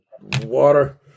water